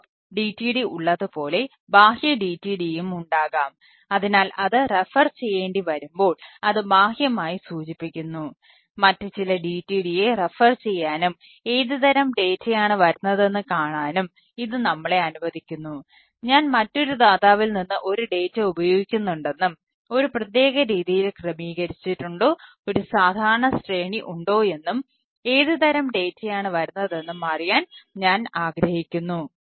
org വരുന്നതെന്നും അറിയാൻ ഞാൻ ആഗ്രഹിക്കുന്നു